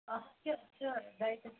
اَتھ کیٛاہ چھِ ڈایٹَس